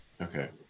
Okay